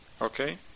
okay